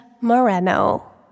Moreno